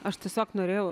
aš tiesiog norėjau